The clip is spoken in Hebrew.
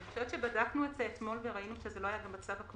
אני חושבת שבדקנו את זה אתמול וראינו שזה לא היה במצב הקודם.